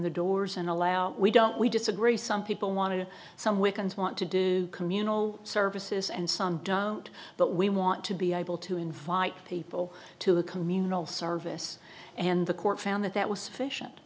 the doors and allow we don't we disagree some people want to some wiccans want to do communal services and some don't but we want to be able to invite people to a communal service and the court found that that was sufficient